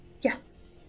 Yes